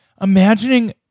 imagining